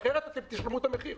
אחרת אתם תשלמו את המחיר.